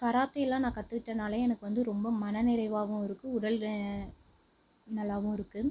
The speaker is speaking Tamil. கராத்தேலாம் நான் கற்றுக்கிட்டனாலே எனக்கு வந்து ரொம்ப மன நிறைவாகவும் இருக்குது உடல் நல்லாவும் இருக்குது